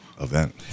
event